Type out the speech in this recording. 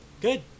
Good